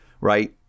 right